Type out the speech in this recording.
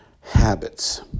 habits